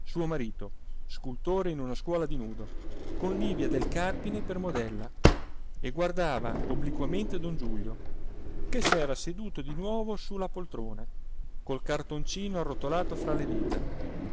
suo marito scultore in una scuola di nudo con livia del carpine per modella e guardava obliquamente don giulio che s'era seduto di nuovo su la poltrona col cartoncino arrotolato fra le dita